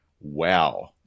wow